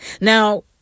Now